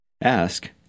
Ask